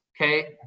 okay